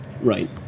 Right